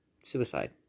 Suicide